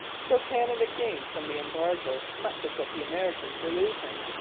so canada gained from the embargo much of what the americans were losing.